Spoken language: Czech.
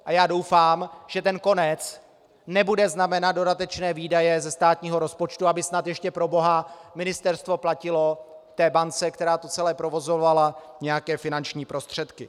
A já doufám, že ten konec nebude znamenat dodatečné výdaje ze státního rozpočtu, aby snad ještě, proboha, ministerstvo platilo té bance, která to celé provozovala, nějaké finanční prostředky.